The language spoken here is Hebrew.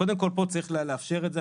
קודם כל, פה צריך לאפשר את זה.